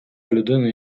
людини